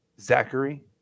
Zachary